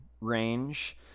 range